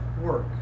work